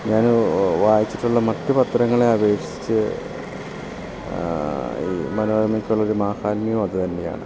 ഞാൻ വായിച്ചിട്ടുള്ള മറ്റ് പത്രങ്ങളെ അപേക്ഷിച്ച് ഈ മനോരമ്മയ്ക്കുള്ളൊരു മഹാത്മ്യം അതുതന്നെയാണ്